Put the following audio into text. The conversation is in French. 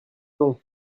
non